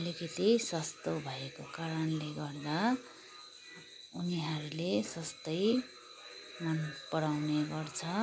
अलिकति सस्तो भएको कारणले गर्दा उनीहरूले सस्तै मनपराउने गर्छ